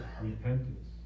repentance